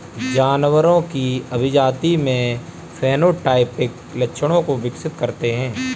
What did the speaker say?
जानवरों की अभिजाती में फेनोटाइपिक लक्षणों को विकसित करते हैं